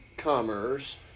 commerce